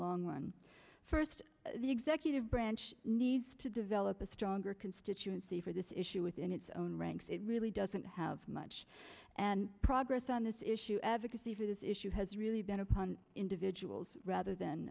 long run first the executive branch needs to develop a stronger constituency for this issue within its own ranks it really doesn't have much and progress on this issue advocacy for this issue has really been upon individuals rather than